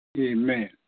Amen